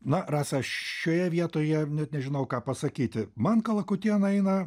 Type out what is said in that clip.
na rasa šioje vietoje net nežinau ką pasakyti man kalakutiena eina